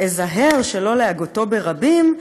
שאזהר שלא להגותו ברבים",